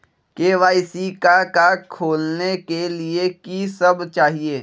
KYC का का खोलने के लिए कि सब चाहिए?